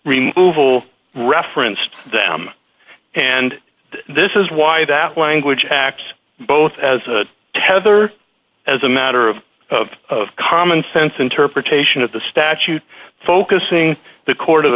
remove will reference them and this is why that language acts both as a tether as a matter of of common sense interpretation of the statute focusing the court of